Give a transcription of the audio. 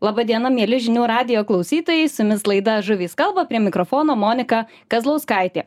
laba diena mieli žinių radijo klausytojai su jumis laida žuvys kalba prie mikrofono monika kazlauskaitė